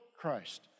Christ